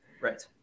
Right